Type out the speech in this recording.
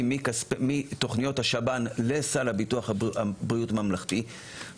מתוכניות השב"ן לסל ביטוח בריאות ממלכתי,